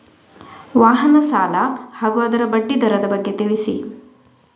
ವಾಹನ ಸಾಲ ಹಾಗೂ ಅದರ ಬಡ್ಡಿ ದರದ ಬಗ್ಗೆ ತಿಳಿಸಿ?